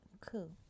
cool